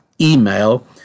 email